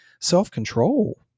self-control